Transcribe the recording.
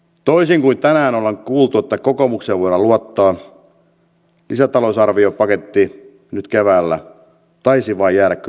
toisin kuin tänään ollaan kuultu että kokoomukseen voidaan luottaa lisätalousarviopaketti nyt keväällä taisi kyllä vain jäädä heistä kiinni